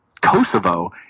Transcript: Kosovo